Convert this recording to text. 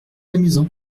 amusant